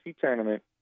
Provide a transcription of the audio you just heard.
tournament